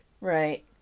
Right